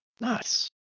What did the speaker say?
Nice